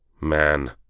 Man